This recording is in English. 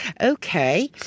okay